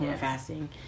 fasting